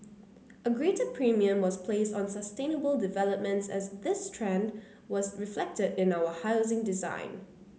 a greater premium was placed on sustainable developments as this trend was reflected in our housing design